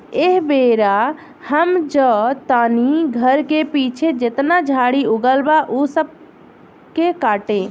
एह बेरा हम जा तानी घर के पीछे जेतना झाड़ी उगल बा ऊ सब के काटे